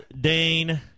Dane